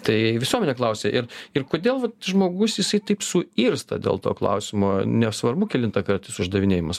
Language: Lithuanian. tai visuomenė klausia ir ir kodėl žmogus jisai taip suirsta dėl to klausimo nesvarbu kelintą kart jis uždavinėjimas